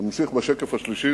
ממשיך לשקף השלישי,